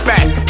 Back